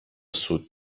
سود